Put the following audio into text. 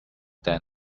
than